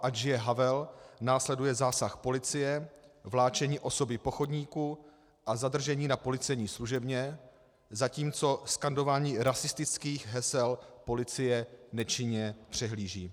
Ať žije Havel následuje zásah policie, vláčení osoby po chodníku a zadržení na policejní služebně, zatímco skandování rasistických hesel policie nečinně přehlíží.